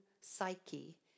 psyche